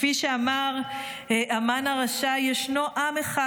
כפי שאמר המן הרשע: "ישנו עם אחד,